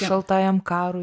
šaltajam karui